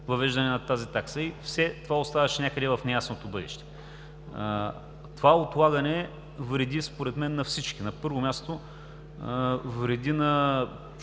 въвеждане на тази такса, и това все оставаше някъде в неясното бъдеще. Това отлагане вреди според мен на всички. На първо място, вреди на